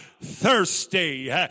thirsty